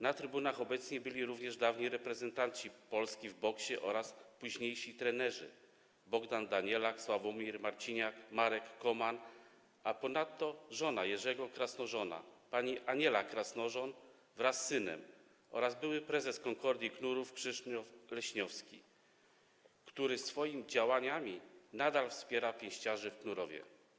Na trybunach obecni byli również dawni reprezentanci Polski w boksie oraz późniejsi trenerzy: Bogdan Danielak, Sławomir Marciniak, Marek Koman, a ponadto żona Jerzego Krasnożona pani Aniela Krasnożon wraz z synem oraz były prezes Concordii Knurów Krzysztof Leśniowski, który swoimi działaniami nadal wspiera pięściarzy w Knurowie.